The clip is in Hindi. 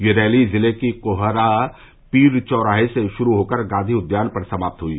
यह रैली जिले की कोहारा पीर चौराहे से शुरू होकर गॉघी उद्यान पर समाप्त हुई